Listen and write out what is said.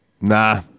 nah